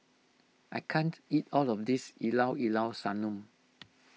I can't eat all of this Llao Llao Sanum